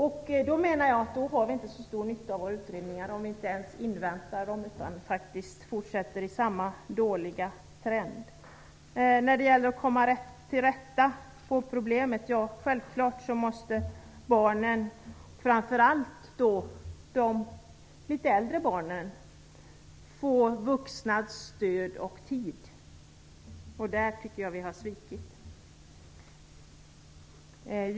Jag menar att vi inte har så stor nytta av våra utredningar om vi inte ens inväntar dem utan fortsätter samma dåliga trend. För att komma till rätta med problemet måste barnen, framför allt de litet äldre barnen, få vuxnas stöd och tid. På den punkten tycker jag att vi har svikit dem.